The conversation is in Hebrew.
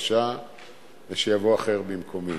בבקשה, אדוני.